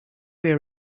way